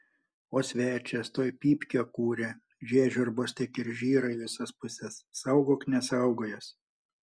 o svečias tuoj pypkę kuria žiežirbos tik ir žyra į visas puses saugok nesaugojęs